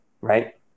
Right